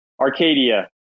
Arcadia